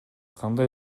кандай